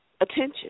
attention